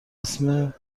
اسم